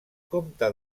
comte